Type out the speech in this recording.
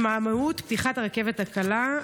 בנושא: התמהמהות פתיחת הרכבת הקלה.